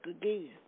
again